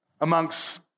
amongst